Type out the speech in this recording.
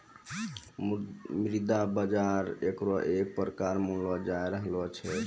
मुद्रा बाजार एकरे एक प्रकार मानलो जाय रहलो छै